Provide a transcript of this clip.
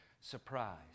surprise